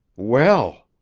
well!